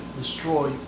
destroy